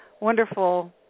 wonderful